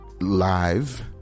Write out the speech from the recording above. Live